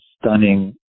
stunning